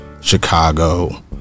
Chicago